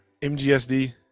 MGSD